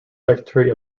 secretary